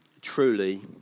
truly